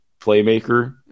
playmaker